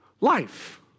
life